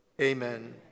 amen